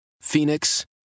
Phoenix